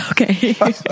Okay